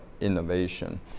innovation